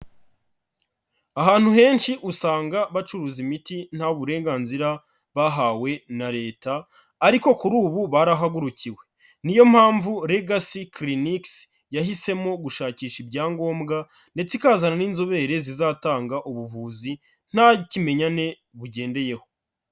Ahantu henshi usanga bacuruza imiti nta burenganzira bahawe na Leta ariko kuri ubu barahagurukiwe. Ni yo mpamvu Legacy clinics yahisemo gushakisha ibyangombwa ndetse ikazana n'inzobere zizatanga ubuvuzi nta kimenyane bugendeyeho.